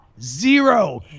Zero